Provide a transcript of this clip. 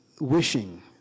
wishing